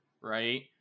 right